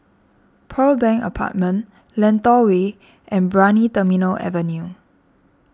Pearl Bank Apartment Lentor Way and Brani Terminal Avenue